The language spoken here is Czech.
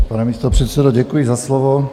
Pane místopředsedo, děkuji za slovo.